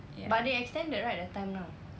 but they extend the right the time now